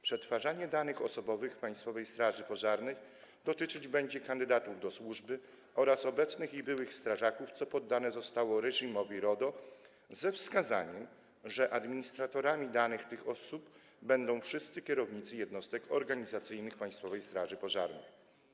Przetwarzanie danych osobowych w Państwowej Straży Pożarnej dotyczyć będzie kandydatów do służby oraz obecnych i byłych strażaków, co poddane zostało reżimowi RODO, ze wskazaniem, że administratorami danych tych osób będą wszyscy kierownicy jednostek organizacyjnych Państwowej Straży Pożarnej.